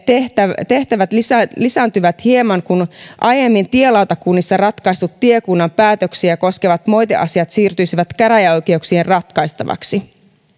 tehtävät tehtävät lisääntyvät lisääntyvät hieman kun aiemmin tielautakunnissa ratkaistut tiekunnan päätöksiä koskevat moiteasiat siirtyisivät käräjäoikeuksien ratkaistaviksi